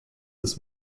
des